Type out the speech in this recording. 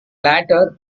latter